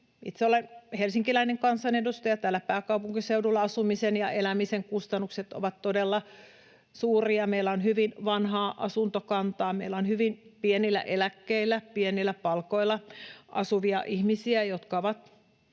Itse olen helsinkiläinen kansanedustaja. Täällä pääkaupunkiseudulla asumisen ja elämisen kustannukset ovat todella suuria, meillä on hyvin vanhaa asuntokantaa, meillä on hyvin pienillä eläkkeillä, pienillä palkoilla asuvia ihmisiä, jotka ovat